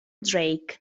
drake